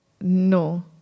No